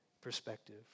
perspective